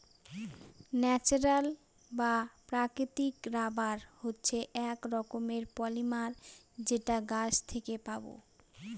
natural বা প্রাকৃতিক rubber হচ্ছে এক রকমের পলিমার যেটা গাছ থেকে পাবো